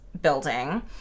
building